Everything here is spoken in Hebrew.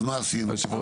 אז מה עשינו פה?